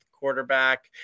Quarterback